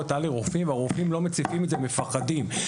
הרופאים לא מציפים את זה, מפחדים.